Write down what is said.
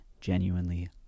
genuinely